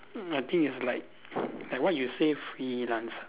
I think it's like like what you say freelance ah